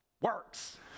works